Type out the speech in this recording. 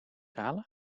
halen